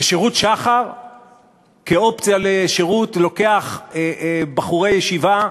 ושירות שח"ר כאופציה לשירות לוקח בחורי ישיבה,